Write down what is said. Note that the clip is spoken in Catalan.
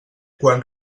quan